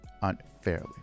unfairly